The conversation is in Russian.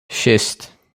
шесть